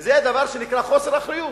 וזה הדבר שנקרא חוסר אחריות,